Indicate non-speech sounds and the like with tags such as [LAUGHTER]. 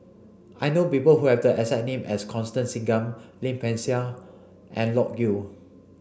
I know people who have the [UNINTELLIGIBLE] name as Constance Singam Lim Peng Siang and Loke Yew